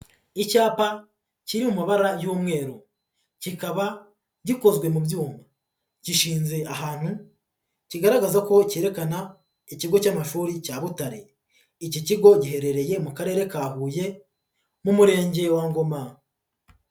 Icyapa cyiri mumabara y'umweru cyikaba gikozwe mu byuma gishinze ahantu kigaragaza ko cyerekana ikigo cy'amashuri cya Butare, icyicyigo giherereye mu karere ka Huye mu murenge wa Ngoma.